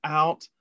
out